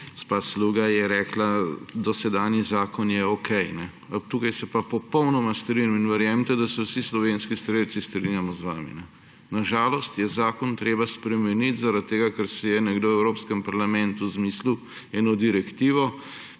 Gospa Sluga je rekla, da dosedanji zakon je okej. Tukaj se pa popolnoma strinjam. In verjemite, da se vsi slovenski strelci strinjamo z vami. Na žalost je zakon treba spremeniti, ker si je nekdo v Evropskem parlamentu zmislil eno direktivo,